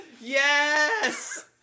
Yes